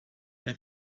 they